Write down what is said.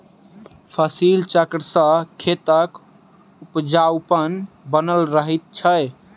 फसिल चक्र सॅ खेतक उपजाउपन बनल रहैत छै